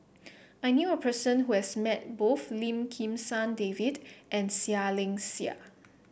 I knew a person who has met both Lim Kim San David and Seah Liang Seah